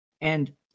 And-